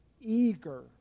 eager